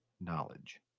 knowledge